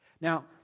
Now